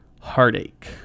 heartache